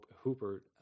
Hooper